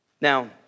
Now